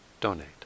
donate